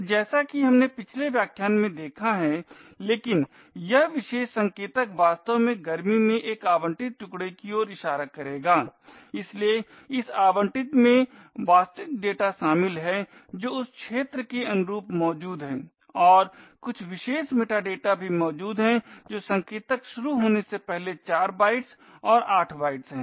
तो जैसा कि हमने पिछले व्याख्यान में देखा है लेकिन यह विशेष संकेतक वास्तव में गर्मी में एक आवंटित टुकडे की ओर इशारा करेगा इसलिए इस आवंटित में वास्तविक डेटा शामिल है जो उस क्षेत्र के अनुरूप मौजूद है और कुछ विशेष मेटाडेटा भी मौजूद है जो संकेतक शुरू होने से पहले चार बाइट्स और आठ बाइट्स है